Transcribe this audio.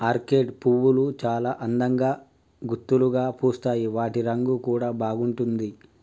orchid పువ్వులు చాల అందంగా గుత్తులుగా పూస్తాయి వాటి రంగు కూడా బాగుంటుంది